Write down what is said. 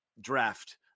draft